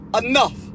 enough